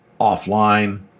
offline